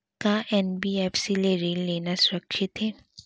का एन.बी.एफ.सी ले ऋण लेना सुरक्षित हे?